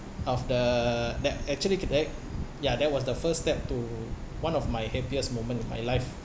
of the that actually connect ya that was the first step to one of my happiest moment in my life